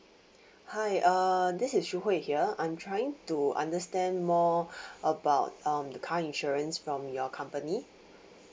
hi err this is shu hwei here I'm trying to understand more about um the car insurance from your company